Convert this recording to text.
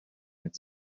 its